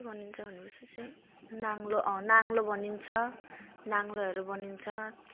के बनिन्छ भनेपछि चाहिँ नाङ्लो अँ नाङ्लो बनिन्छ नाङ्लोहरू बनिन्छ